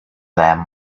them